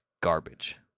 garbage